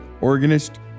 organist